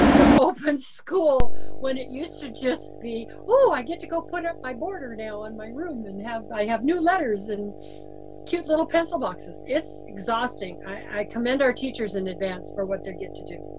to open school when it used to just be, ooh, i get to go put up my border now and my room and i have new letters and cute little pencil boxes. it's exhausting. i commend our teachers in advance for what they get to do.